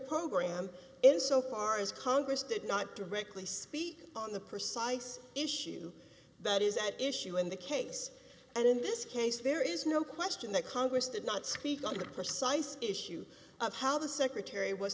program in so far as congress did not directly speak on the precise issue that is at issue in the case and in this case there is no question that congress did not speak to the precise issue of how the secretary was